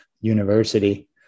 university